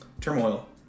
turmoil